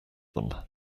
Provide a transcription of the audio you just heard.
them